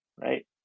Right